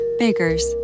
Bakers